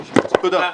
תודה.